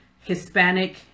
Hispanic